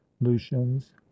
lucian's